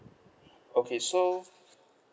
okay so